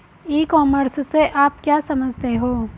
ई commerce से आप क्या समझते हो?